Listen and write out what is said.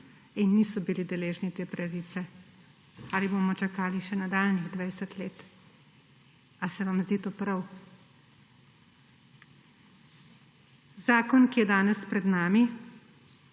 in niso bili deležni te pravice. Ali bomo čakali še nadaljnjih 20 let? Ali se vam zdi to prav? Zakon, ki je danes pred nami,